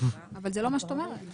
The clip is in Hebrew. ובלבד שמוסד החינוך מצוי באזור מיוחד,